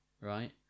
right